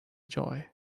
joy